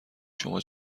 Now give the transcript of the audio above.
شما